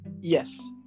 Yes